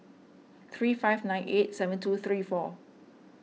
three five nine eight seven two three four